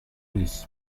uni